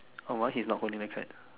oh my one he is not holding the kite